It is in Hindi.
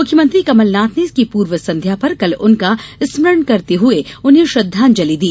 मुख्यमंत्री कमल नाथ ने इसकी पूर्व संध्या पर कल उनका स्मरण करते हुए उन्हें श्रद्वांजलि दी